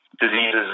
diseases